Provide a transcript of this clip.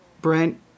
Brent